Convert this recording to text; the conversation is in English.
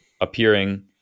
appearing